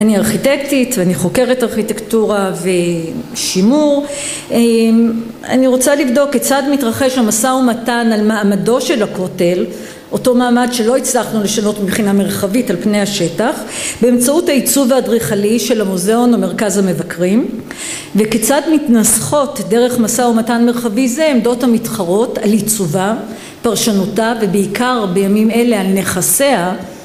אני ארכיטקטית ואני חוקרת ארכיטקטורה ושימור אני רוצה לבדוק כיצד מתרחש המשא ומתן על מעמדו של הכותל, אותו מעמד שלא הצלחנו לשנות מבחינה מרחבית על פני השטח, באמצעות העיצוב האדריכלי של המוזיאון או מרכז המבקרים, וכיצד מתנסחות דרך משא ומתן מרחבי זה עמדות המתחרות על עיצובה, פרשנותה, ובעיקר בימים אלה על נכסיה